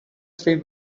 three